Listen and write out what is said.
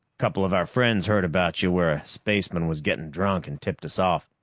couple of our friends heard about you where a spaceman was getting drunk and tipped us off.